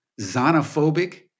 xenophobic